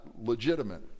legitimate